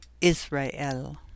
Israel